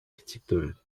архитектуры